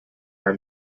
are